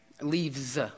Leaves